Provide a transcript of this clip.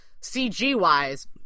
CG-wise